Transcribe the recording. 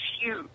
huge